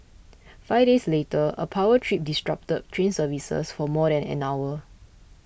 five days later a power trip disrupted train services for more than an hour